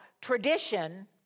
tradition